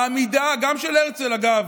העמידה, גם של הרצל, אגב.